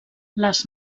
les